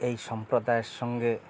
এই সম্প্রদায়ের সঙ্গে